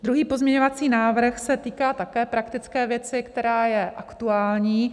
Druhý pozměňovací návrh se týká také praktické věci, která je aktuální.